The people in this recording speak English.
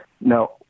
Now